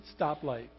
stoplight